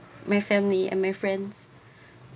my family and my friends